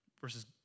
versus